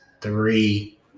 Three